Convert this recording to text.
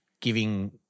giving